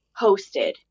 hosted